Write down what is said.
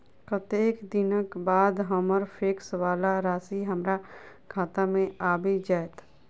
कत्तेक दिनक बाद हम्मर फिक्स वला राशि हमरा खाता मे आबि जैत?